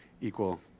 equal